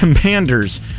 Commanders